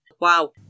Wow